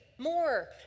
More